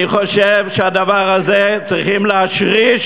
אני חושב שאת הדבר הזה צריך לשרש,